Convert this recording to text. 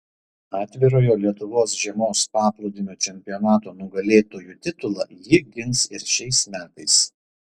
atvirojo lietuvos žiemos paplūdimio čempionato nugalėtojų titulą ji gins ir šiais metais